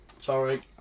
Sorry